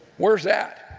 where's that?